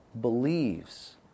believes